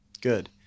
good